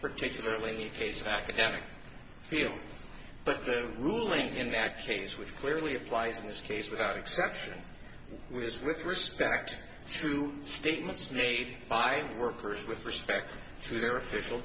particularly a case of academic field but the ruling in that case which clearly applies in this case without exception was with respect to statements made by workers with respect to their official